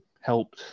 helped